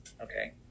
okay